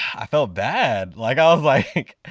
i felt bad. like i was like,